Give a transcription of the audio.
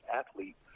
athlete